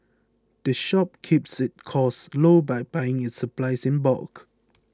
the shop keeps its costs low by buying its supplies in bulk